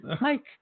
Mike